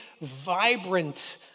vibrant